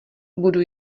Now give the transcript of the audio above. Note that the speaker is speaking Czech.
budu